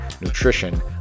nutrition